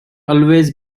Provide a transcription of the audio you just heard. always